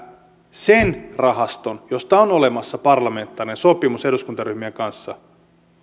sen rahaston josta on olemassa parlamentaarinen sopimus eduskuntaryhmien kanssa